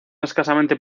escasamente